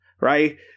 Right